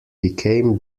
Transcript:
became